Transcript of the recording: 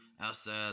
outside